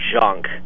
junk